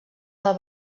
del